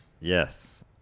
yes